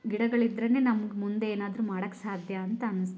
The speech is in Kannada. ಗಿಡಗಳಿದ್ದರೇನೆ ನಮ್ಗೆ ಮುಂದೆ ಏನಾದರೂ ಮಾಡೋಕೆ ಸಾಧ್ಯ ಅಂತ ಅನ್ನಿಸ್ತೈತಿ